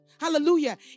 hallelujah